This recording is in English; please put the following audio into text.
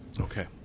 Okay